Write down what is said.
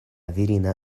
virina